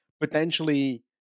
potentially